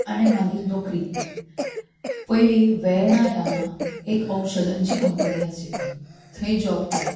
आनी मागीर नोकरी पयलीं वॅरना हांगा एक औशधाची कंपनी आशिल्ली थंय जॉब केलो